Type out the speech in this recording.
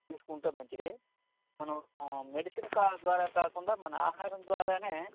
తీసుకుంటే మంచిది మనం మెడిసిన్ కా ద్వారా కాకుండా మన ఆహరం ద్వారానే